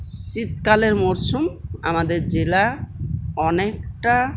শীতকালের মরসুম আমাদের জেলা অনেকটা